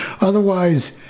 otherwise